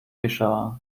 geschah